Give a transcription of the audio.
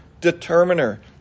determiner